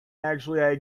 actually